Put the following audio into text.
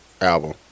album